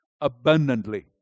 abundantly